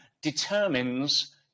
determines